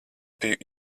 biju